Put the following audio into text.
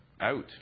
out